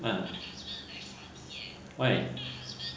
!huh! why